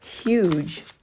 huge